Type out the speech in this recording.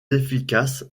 efficaces